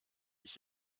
ich